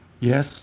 yes